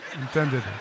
intended